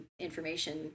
information